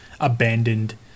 abandoned